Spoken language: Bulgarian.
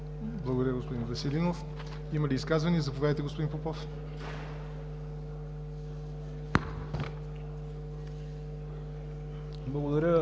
Благодаря, господин Веселинов. Има ли изказвания? Заповядайте, господин Попов. ФИЛИП